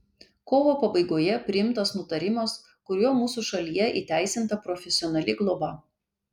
kovo pabaigoje priimtas nutarimas kuriuo mūsų šalyje įteisinta profesionali globa